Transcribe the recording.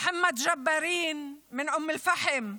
מוחמד ג'בארין מאום אל-פחם,